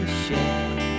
share